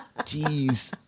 jeez